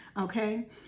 Okay